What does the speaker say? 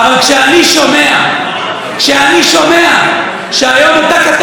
אבל כשאני שומע שהיום אותה כתבת,